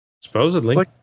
Supposedly